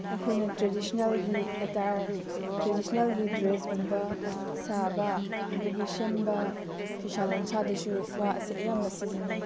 ꯑꯩꯈꯣꯏꯅ ꯇ꯭ꯔꯦꯗꯤꯁꯟꯅꯦꯜꯒꯤ ꯑꯦꯇꯥꯌꯔ ꯇ꯭ꯔꯦꯗꯤꯁꯟꯅꯦꯜꯒꯤ ꯗ꯭ꯔꯦꯁ ꯀꯨꯝꯕ ꯁꯥꯕ ꯑꯗꯒꯤ ꯁꯦꯝꯕ ꯐꯤꯁꯥ ꯂꯣꯟꯁꯥꯗꯁꯨ ꯋꯥ ꯑꯁꯤ ꯑꯌꯥꯝꯕ ꯁꯤꯖꯤꯟꯅꯩ